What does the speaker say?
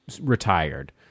retired